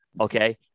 okay